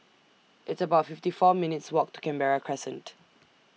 It's about fifty four minutes' Walk to Canberra Crescent